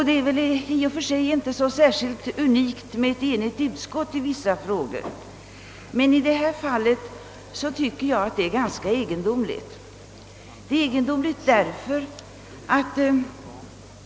Det är väl i och för sig inte särskilt unikt med ett enigt utskott i vissa frågor, men i detta fall tycker jag att det är ganska egendomligt att utskottet är enigt.